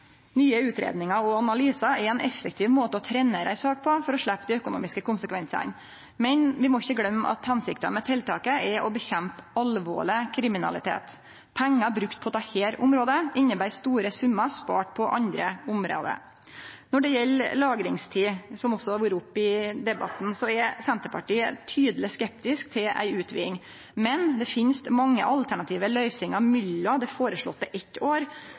Nye utgreiingar og analysar er ein effektiv måte å trenere ei sak på, for å sleppe dei økonomiske konsekvensane. Men vi må ikkje gløyme at hensikta med tiltaket er å kjempe mot alvorleg kriminalitet. Pengar brukte på dette området inneber store summar sparte på andre område. Når det gjeld lagringstida, som også har vore oppe i debatten, er Senterpartiet tydeleg skeptisk til ei utviding, men det finst mange alternative løysingar mellom eit år lagringstid, som er føreslått, og dagens ein time. Dette er det